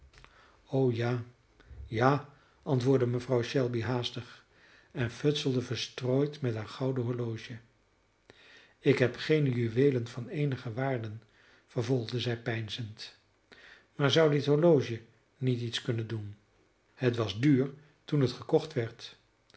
o ja ja antwoordde mevrouw shelby haastig en futselde verstrooid met haar gouden horloge ik heb geene juweelen van eenige waarde vervolgde zij peinzend maar zou dit horloge niet iets kunnen doen het was duur toen het gekocht werd